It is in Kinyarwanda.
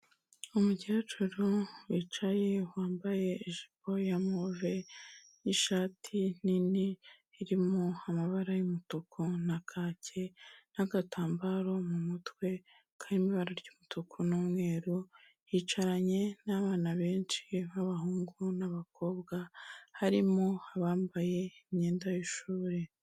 Umukecuru wicaye wambaye ijipo ya move n'ishati nini irimo amabara y'umutuku na kake n'agatambaro mu mutwe karimo ibara ry'umutuku n'umweru, yicaranye n'abana benshi b'abahungu n'abakobwa, harimo abambaye imyenda y'ishuri.